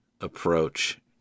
approach